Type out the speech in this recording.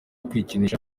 kwikinisha